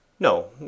No